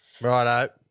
Righto